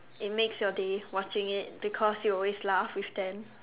it makes your day watching it because you always laugh with them